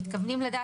יש משמעות,